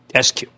SQ